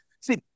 See